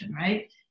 right